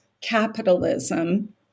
capitalism